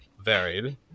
varied